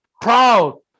proud